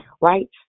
Right